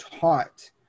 taught